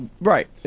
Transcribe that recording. Right